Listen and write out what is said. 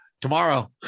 tomorrow